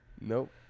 Nope